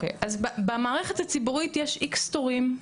במערכת הציבורית יש X תורים,